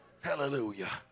Hallelujah